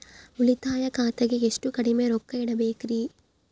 ಉಳಿತಾಯ ಖಾತೆಗೆ ಎಷ್ಟು ಕಡಿಮೆ ರೊಕ್ಕ ಇಡಬೇಕರಿ?